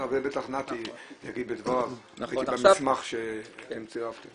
זה בטח נתי יגיד בדבריו, במסמך שאתם צירפתם.